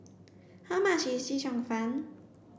how much is Chee Cheong fun